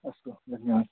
अस्तु धन्यवादः